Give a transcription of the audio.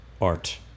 art